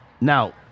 now